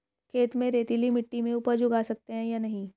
खेत में रेतीली मिटी में उपज उगा सकते हैं या नहीं?